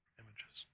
images